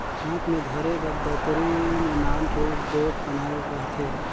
हाथ मे धरे बर दतरी मे नान रोट बेठ बनल रहथे